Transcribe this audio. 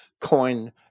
coin